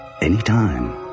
anytime